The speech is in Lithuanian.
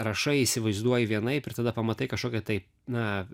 rašai įsivaizduoji vienaip ir tada pamatai kažkokią tai na